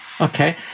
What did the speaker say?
Okay